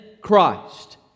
Christ